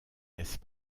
laissent